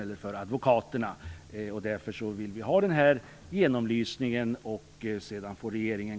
Sedan får regeringen lägga fram sin utredning.